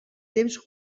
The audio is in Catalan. temps